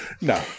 no